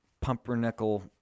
pumpernickel